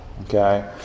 Okay